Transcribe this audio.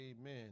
amen